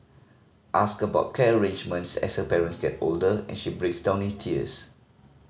ask about care arrangements as her parents get older and she breaks down in tears